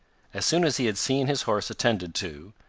as soon as he had seen his horse attended to,